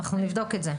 אנחנו נבדוק את זה.